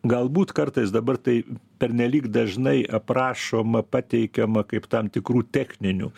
galbūt kartais dabar tai pernelyg dažnai aprašoma pateikiama kaip tam tikrų techninių